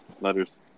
letters